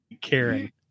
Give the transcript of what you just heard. Karen